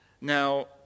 Now